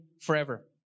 forever